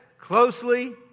Closely